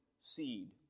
seed